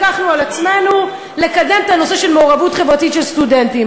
לקחנו על עצמנו לקדם את הנושא של מעורבות חברתית של סטודנטים,